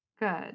Good